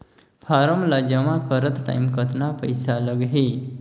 Form ला जमा करत टाइम कतना पइसा लगही?